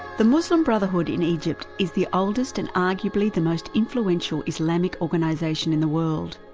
the muslim brotherhood in egypt is the oldest and arguably the most influential islamic organisation in the world.